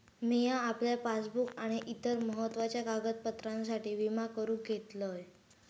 मिया आपल्या पासबुक आणि इतर महत्त्वाच्या कागदपत्रांसाठी विमा करून घेतलंय